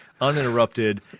uninterrupted